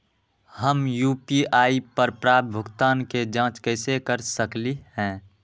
हम यू.पी.आई पर प्राप्त भुगतान के जाँच कैसे कर सकली ह?